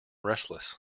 restless